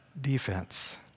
defense